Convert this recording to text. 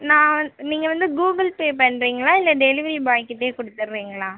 நான் வந்து நீங்கள் வந்து கூகுள்பே பண்றிங்களா இல்லை டெலிவரி பாய்கிட்டயே கொடுத்தட்றிங்களா